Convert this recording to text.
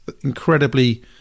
incredibly